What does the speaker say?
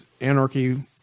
Anarchy